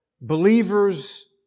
believers